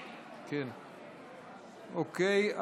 אוקיי,